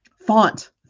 font